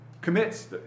commits